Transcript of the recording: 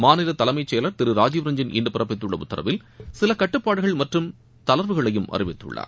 மாநில தலைமை செயவாளர் திரு ராஜீவ் ரஞ்சன் இன்று பிறப்பித்துள்ள உத்தரவில் சில கட்டுப்பாடுகள் மற்றும் தளர்வுகளையும் அறிவித்துள்ளார்